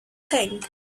thing